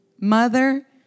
mother